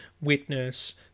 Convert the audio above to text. witness